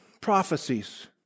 prophecies